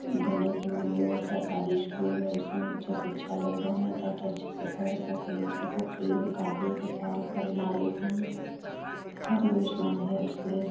देने के लिए सरकारी स्कूल है उसमें बच्चे शिक्षा ले रहे हैं ताकि अच्छे से पढ़ सकें उनको फ्री में कॉपी किताब पढ़ना लिखना हर योजना है उसमें